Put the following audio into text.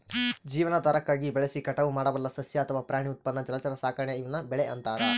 ಜೀವನಾಧಾರಕ್ಕಾಗಿ ಬೆಳೆಸಿ ಕಟಾವು ಮಾಡಬಲ್ಲ ಸಸ್ಯ ಅಥವಾ ಪ್ರಾಣಿ ಉತ್ಪನ್ನ ಜಲಚರ ಸಾಕಾಣೆ ಈವ್ನ ಬೆಳೆ ಅಂತಾರ